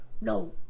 No